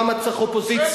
למה צריך אופוזיציה?